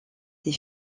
des